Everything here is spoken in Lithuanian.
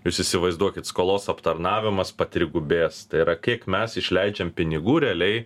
jūs įsivaizduokit skolos aptarnavimas patrigubės tai yra kiek mes išleidžiam pinigų realiai